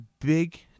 big